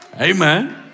Amen